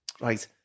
Right